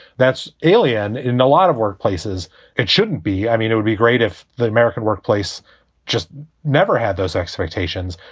that's alien in a lot of workplaces it shouldn't be. i mean, it would be great if the american workplace just never had those expectations.